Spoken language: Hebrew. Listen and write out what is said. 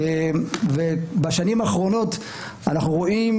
בשנים האחרונות אנחנו רואים,